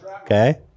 Okay